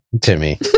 timmy